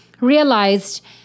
realized